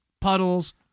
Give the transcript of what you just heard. puddles